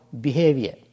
behavior